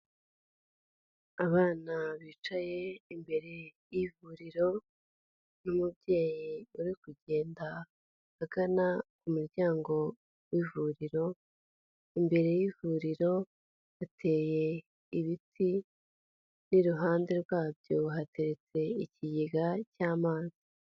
Abana bicaye imbere y'ivuriro n'umubyeyi uri kugenda agana mu muryango w'ivuriro, imbere y'ivuriro hateye ibiti n'iruhande rwabyo hateretse ikigega cy'amazi.